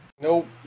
Nope